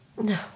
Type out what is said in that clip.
No